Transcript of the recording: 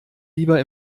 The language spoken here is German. lieber